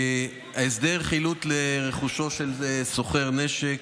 הסדר חילוט רכושו של סוחר נשק,